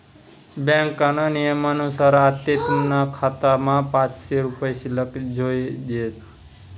ब्यांकना नियमनुसार आते तुमना खातामा पाचशे रुपया शिल्लक जोयजेत